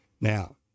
Now